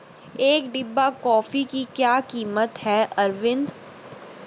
एक डिब्बा कॉफी की क्या कीमत है अरविंद?